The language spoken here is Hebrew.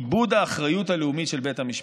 איבוד האחריות הלאומית של בית המשפט.